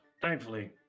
thankfully